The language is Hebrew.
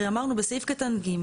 הרי אמרנו בסעיף קטן (ג),